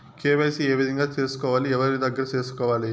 KYC ఏ విధంగా సేసుకోవాలి? ఎవరి దగ్గర సేసుకోవాలి?